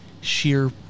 sheer